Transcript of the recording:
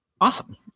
Awesome